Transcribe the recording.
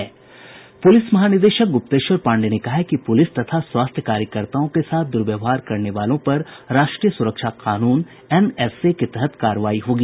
police महानिदेशक गुप्तेश्वर पांडेय ने कहा है कि पुलिस तथा स्वास्थ्य कार्यकर्ताओं के साथ दुर्व्यवहार करने वालों पर राष्ट्रीय सुरक्षा कानून एनएसए के तहत कार्रवाई होगी